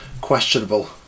questionable